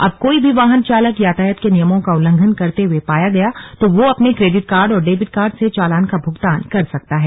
अब कोई भी वाहन चालक यातायात के नियमों का उल्लंघन करते हए पाया गया तो वो अपने क्रेडिट कार्ड और डेबिड कार्ड से चालान का भुगतान कर सकता है